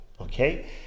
okay